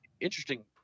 interesting